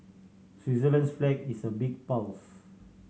Switzerland's flag is a big plus